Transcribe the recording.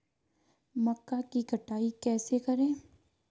मक्का की कटाई कैसे करें?